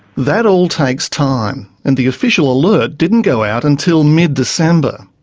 that all takes time, and the official alert didn't go out until mid-december.